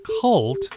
Cult